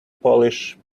polish